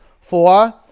Four